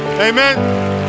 Amen